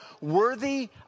worthy